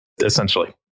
essentially